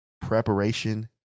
Preparation